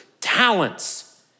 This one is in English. talents